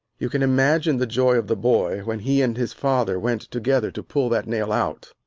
you can imagine the joy of the boy when he and his father went together to pull that nail out.